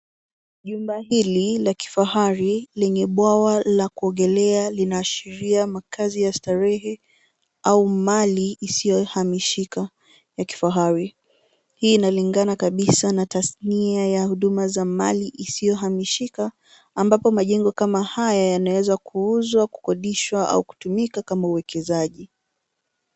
Jumba hili la kifahari lenye bwawa la kuogelea linaashiria makazi ya starehe au mali isiyohamishika ya kifahari. Hii inalingana kabisa na tasnia ya huduma za mali isiyohamishika ambapo majengo kama haya yanaweza kuuzwa, kukodishwa au kutumika kama uwekezaji.